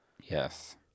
yes